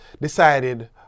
decided